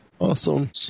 Awesome